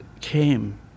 came